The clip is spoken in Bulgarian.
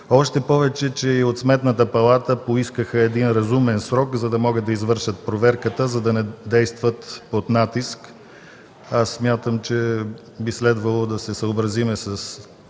Още повече от Сметната палата поискаха разумен срок, за да могат да извършат проверката и да не действат под натиск. Смятам, че би следвало да се съобразим с